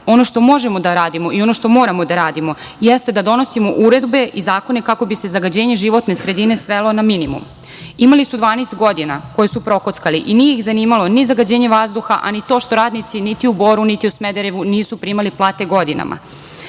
Ono što možemo da radimo i što moramo da radimo, jeste da donosimo uredbe i zakone, kako bi se zagađenje životne sredine, svelo na minimum. Imali su 12 godina, koje su prokockali i nije ih zanimalo ni zagađenje vazduha a ni to što radnici niti u Boru, niti u Smederevu, nisu primali plate godinama.